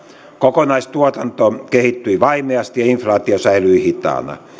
kokonaistuotanto kehittyi vaimeasti ja inflaatio säilyi hitaana